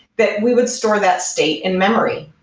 that we would store that state in-memory,